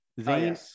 zane